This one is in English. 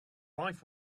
life